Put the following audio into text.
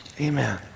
Amen